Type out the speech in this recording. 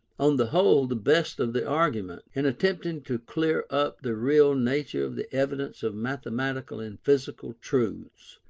on the whole the best of the argument. in attempting to clear up the real nature of the evidence of mathematical and physical truths,